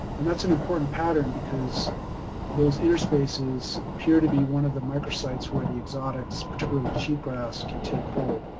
and that's an important pattern because those inner spaces appear to be one of the micro-sites where the exotics, particularly cheatgrass, can take hold.